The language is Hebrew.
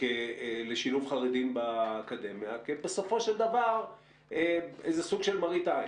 לשילוב חרדים באקדמיה כבסופו של דבר איזה סוג של מראית עין,